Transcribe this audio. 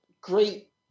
great